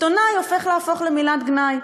עיתונאי הולך להפוך למילת גנאי.